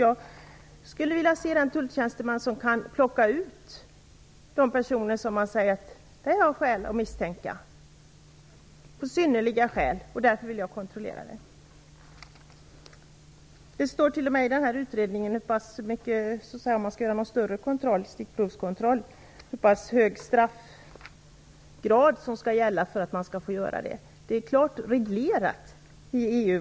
Jag skulle vilja se den tulltjänsteman som kan plocka ut de personer som man har synnerliga skäl att misstänka och därför vill kontrollera. Det står t.o.m. i utredningen hur hög straffgrad som skall gälla för att man skall få göra stickprovskontroll.